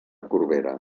corbera